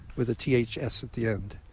with a t h s at the end.